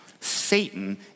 Satan